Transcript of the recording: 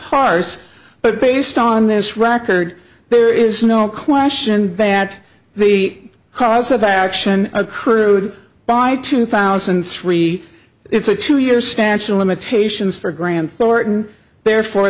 parse but based on this record there is no question that the cause of action accrued by two thousand and three it's a two year statute of limitations for grand floridian therefore